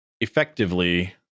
effectively